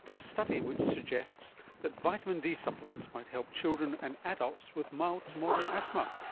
ah study which suggests that vitamin d supplements might help children and adults with mild to moderate asthma.